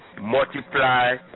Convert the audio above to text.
multiply